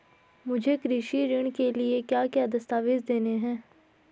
मुझे कृषि ऋण के लिए क्या क्या दस्तावेज़ देने हैं?